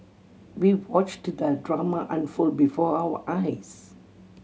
we watched the drama unfold before our eyes